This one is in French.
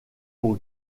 pour